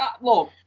look